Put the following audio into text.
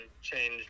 change